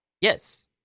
Yes